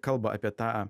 kalba apie tą